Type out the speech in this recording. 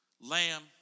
lamb